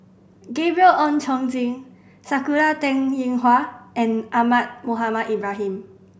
Gabriel Oon Chong Jin Sakura Teng Ying Hua and Ahmad Mohamed Ibrahim